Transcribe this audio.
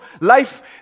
life